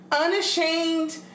unashamed